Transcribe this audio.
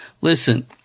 Listen